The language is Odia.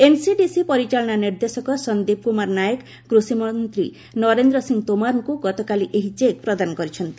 ଏନ୍ସିଡିସି ପରିଚାଳନା ନିର୍ଦ୍ଦେଶକ ସନ୍ଦୀପ କୁମାର ନାୟକ କୁଷିମନ୍ତ୍ରୀ ନରେନ୍ଦ୍ର ସିଂ ତୋମରଙ୍କୁ ଗତକାଲି ଏହି ଚେକ୍ ପ୍ରଦାନ କରିଛନ୍ତି